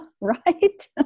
right